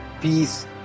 peace